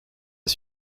est